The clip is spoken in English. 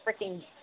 freaking